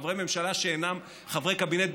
חברי ממשלה שאינם חברי קבינט,